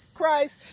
Christ